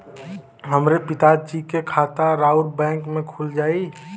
हमरे पिता जी के खाता राउर बैंक में खुल जाई?